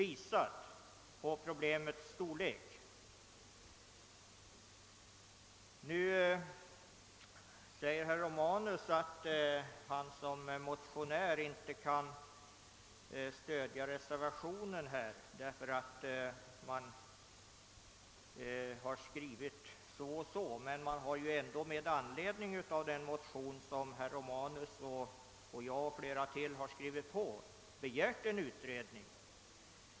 Herr Romanus framhöll att han som motionär inte kan stödja reservationen, men reservanterna har ändå med anledning av den motion som herr Romanus, jag och många andra skrivit under begärt en utredning.